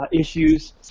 issues